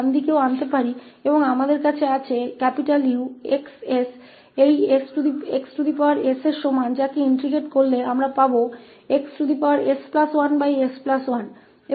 अब हम इस xs को दायीं ओर भी ला सकते हैं और हमारे पास 𝑈𝑥 𝑠 बराबर है इस xs को इंटेग्रटिंग किया जाएगा इसलिए हमारे पास xs1s1 है